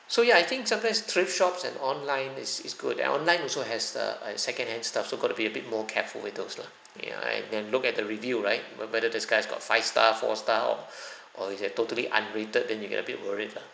so ya I think sometimes thrift shops and online is is good and online also has uh uh second-hand stuff so got to be a bit more careful with those lah ya and then look at the review right where whether this guy's got five star four star or or he have totally unrated then you get a bit worried lah